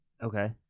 Okay